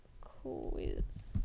quiz